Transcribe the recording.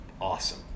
awesome